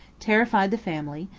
terrified the family,